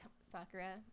Sakura